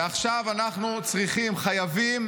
ועכשיו אנחנו צריכים, חייבים,